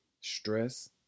stress